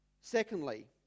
Secondly